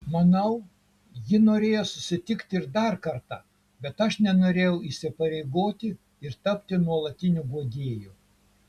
manau ji norėjo susitikti ir dar kartą bet aš nenorėjau įsipareigoti ir tapti nuolatiniu guodėju